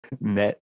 met